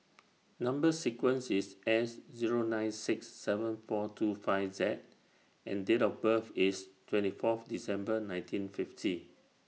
Number sequence IS S Zero nine six seven four two five Z and Date of birth IS twenty Fourth December nineteen fifty